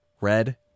red